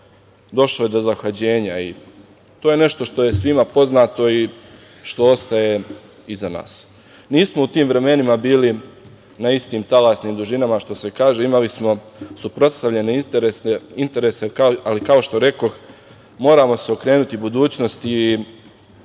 došlo je do zahlađenja i to je nešto što je svima poznato i što ostaje iza nas. Nismo u tim vremenima bili na istim talasnim dužinama, što se kaže, imali smo suprotstavljene interese, ali kao što rekoh moramo se okrenuti budućnosti